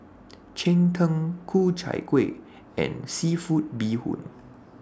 Cheng Tng Ku Chai Kuih and Seafood Bee Hoon